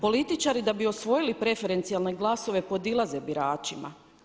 Političari da bi osvojili preferencijalne glasove podilaze biračima.